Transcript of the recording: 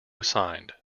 signed